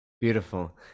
Beautiful